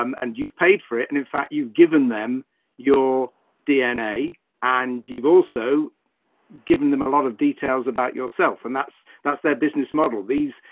um and you've paid for it. and in fact, you've given them your dna and you've also given them a lot of details about yourself. and that's, that's their business model. these,